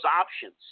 options